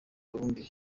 abarundi